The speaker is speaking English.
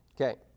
Okay